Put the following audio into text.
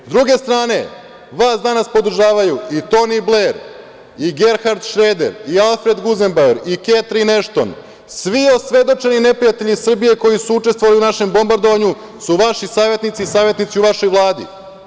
Sa druge strane, vas danas podržavaju i Toni Bler, i Gerhard Šreder, i Alfred Guzenbauer, i Ketrin Ešton, svi osvedočeni neprijatelji Srbije koji su učestvovali u našem bombardovanju su vaši savetnici i savetnici u vašoj Vladi.